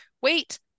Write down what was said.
Wait